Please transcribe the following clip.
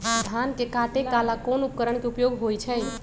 धान के काटे का ला कोंन उपकरण के उपयोग होइ छइ?